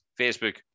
Facebook